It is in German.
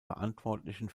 verantwortlichen